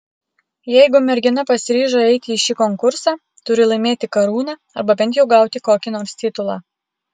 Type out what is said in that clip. jeigu mergina pasiryžo eiti į šį konkursą turi laimėti karūną arba bent jau gauti kokį nors titulą